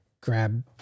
grab